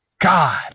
god